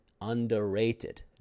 underrated